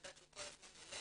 אני יודעת שהוא כל הזמן עולה,